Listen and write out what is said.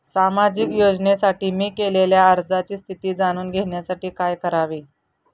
सामाजिक योजनेसाठी मी केलेल्या अर्जाची स्थिती जाणून घेण्यासाठी काय करावे?